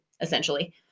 essentially